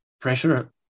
pressure